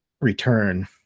return